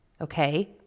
okay